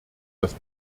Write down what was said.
das